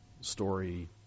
story